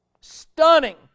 stunning